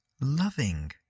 loving